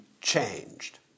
changed